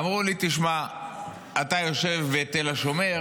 אמרו לי: תשמע, אתה יושב בתל השומר,